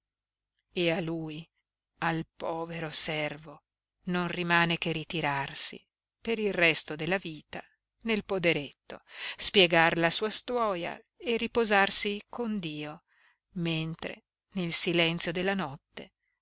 e a lui al povero servo non rimane che ritirarsi per il resto della vita nel poderetto spiegar la sua stuoia e riposarsi con dio mentre nel silenzio della notte